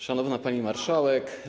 Szanowna Pani Marszałek!